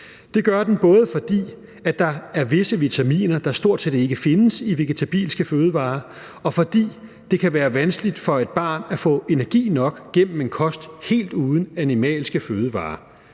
Det gør den, både fordi der er visse vitaminer, der stort set ikke findes i vegetabilske fødevarer, og fordi det kan være vanskeligt for et barn at få energi nok gennem en kost helt uden animalske fødevarer.